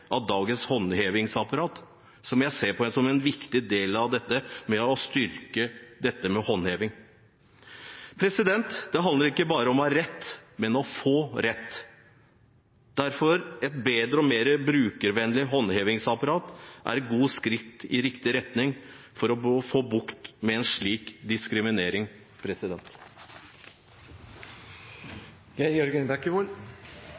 av dagens håndhevingsapparat, som jeg ser på som en viktig del av dette med å styrke håndhevingen. Det handler ikke bare om å ha rett, men om å få rett. Derfor er et bedre og mer brukervennlig håndhevingsapparat et godt skritt i riktig retning for å få bukt med slik diskriminering.